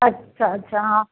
अच्छा अच्छा हा